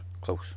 close